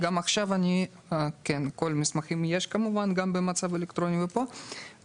עכשיו את כל המסמכים יש במצב אלקטרוני ופיזי כאן,